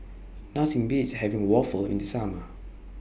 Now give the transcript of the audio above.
Nothing Beats having Waffle in The Summer